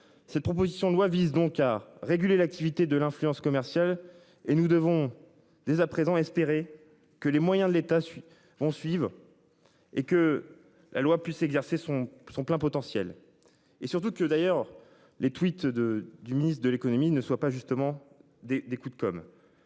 Cette proposition de loi vise donc à réguler l'activité de l'influence commerciale et nous devons dès à présent, espérer que les moyens de l'État suis vont suivent. Et que la loi puisse exercer son son plein potentiel. Et surtout que d'ailleurs les tweets de du ministre de l'économie ne soient pas justement des, des coups de com.